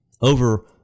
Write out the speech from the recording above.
Over